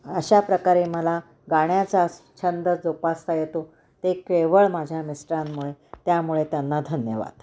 अशाप्रकारे मला गाण्याचा छंद जोपासता येतो ते केवळ माझ्या मिस्टरांमुळे त्यामुळे त्यांना धन्यवाद